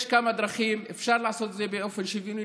יש כמה דרכים: אפשר לעשות את זה באופן שוויוני,